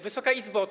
Wysoka Izbo!